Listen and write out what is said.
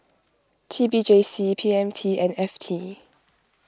T B J C P M T and F T